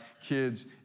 kids